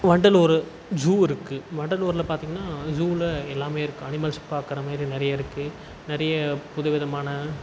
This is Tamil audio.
வண்டலூர் ஜூ இருக்குது வண்டலூரில் பார்த்திங்கனா ஜூவில் எல்லாமே இருக்குது அனிமல்ஸ் பார்க்குற மாதிரி நிறைய இருக்குது நிறைய புதுவிதமான